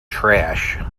trash